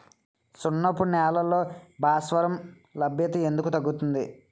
సున్నపు నేలల్లో భాస్వరం లభ్యత ఎందుకు తగ్గుతుంది?